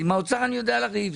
עם האוצר אני יודע לריב,